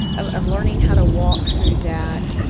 of learning how to walk through that,